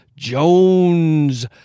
Jones